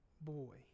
boy